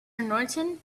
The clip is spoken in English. norton